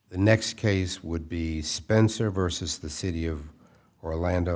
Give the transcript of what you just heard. the next case would be spencer versus the city of orlando